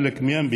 חלק מהם,